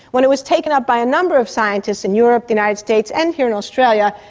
when it was taken up by a number of scientists in europe, the united states and here in australia,